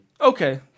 Okay